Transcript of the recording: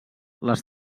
les